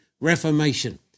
reformation